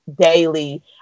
daily